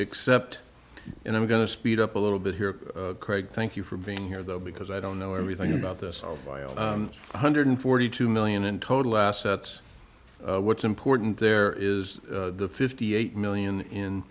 except and i'm going to speed up a little bit here craig thank you for being here though because i don't know everything about this or one hundred forty two million in total assets what's important there is the fifty eight million in